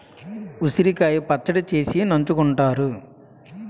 ఉసిరికాయ పచ్చడి చేసి నంచుకుంతారు